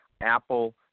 Apple